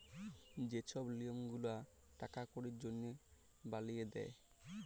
যে ছব লিয়ম গুলা টাকা কড়ির জনহে বালিয়ে দে